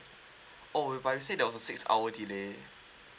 oh but you said there was a six hour delay